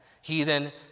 Heathen